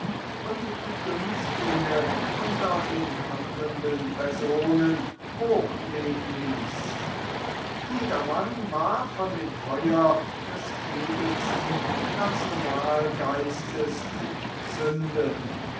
und die günstlinge unter den handelnden personen hoch leben ließ jedermann war von dem feuer des edelsten nationalgeistes entzündet